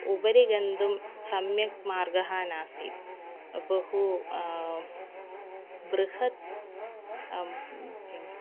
उपरि गन्तुं सम्यक् मार्गः नास्ति बहु बृहत् किम्